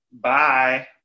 Bye